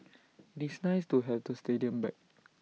nice to have the stadium back